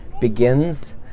begins